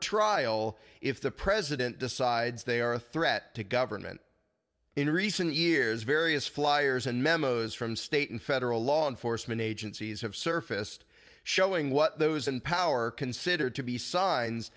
trial if the president decides they are a threat to government in recent years various flyers and memos from state and federal law enforcement agencies have surfaced showing what those in power consider to be signs